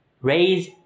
Raise